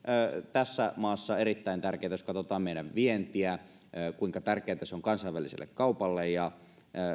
tässä maassa erittäin tärkeitä myös jos katsotaan meidän vientiä kuinka tärkeitä ne ovat kansainväliselle kaupalle ja